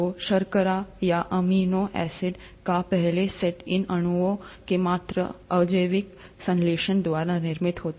तो शर्करा या अमीनो एसिड का पहला सेट इन अणुओं के एक मात्र अजैविक संश्लेषण द्वारा निर्मित होता